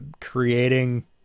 creating